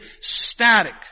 static